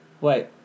wait